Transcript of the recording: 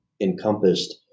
encompassed